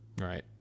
Right